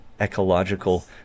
ecological